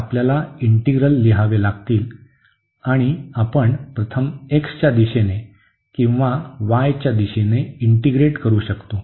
तर आपल्याला इंटीग्रल लिहावी लागतील आणि आपण प्रथम x च्या दिशेने किंवा y च्या दिशेने इंटीग्रेट करू शकतो